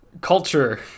culture